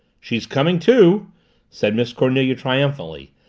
she's coming to said miss cornelia triumphantly,